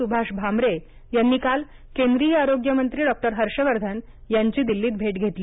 सुभाष भामरे यांनी काल केंद्रीय आरोग्य मंत्री डॉ हर्षवर्धन यांची दिल्लीत भेट घेतली